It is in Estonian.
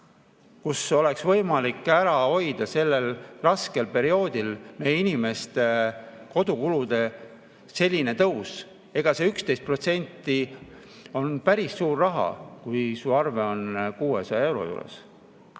oleks võimalik ära hoida sellel raskel perioodil meie inimeste kodukulude selline tõus. See 11% on päris suur raha, kui su arve on 600 euro